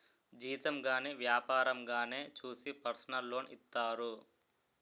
జీతం గాని వ్యాపారంగానే చూసి పర్సనల్ లోన్ ఇత్తారు